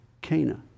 Cana